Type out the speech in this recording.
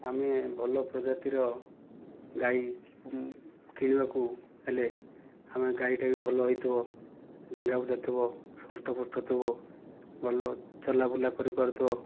ଆମେ ଭଲ ପ୍ରଜାତିର ଗାଈ କିଣିବାକୁ ହେଲେ ଆମେ ଗାଈଟା ବି ଭଲ ହୋଇଥିବ ଡେଙ୍ଗା ଉଚ୍ଚା ଥିବ ହୃଷ୍ଟପୁଷ୍ଟ ଥିବ ଭଲ ଚଲାବୁଲା କରିପାରୁଥିବ